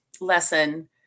lesson